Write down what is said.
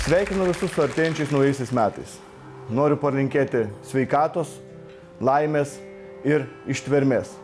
sveikinu visus su artėjančiais naujaisiais metais noriu palinkėti sveikatos laimės ir ištvermės